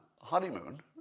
honeymoon